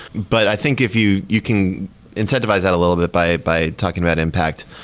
but i think if you you can incentivize that a little bit by by talking about impact.